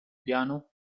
piano